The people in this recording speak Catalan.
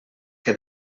que